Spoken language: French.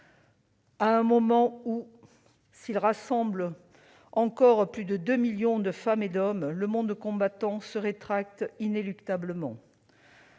; alors que, s'il rassemble encore plus de deux millions de femmes et d'hommes, le monde combattant se rétracte inéluctablement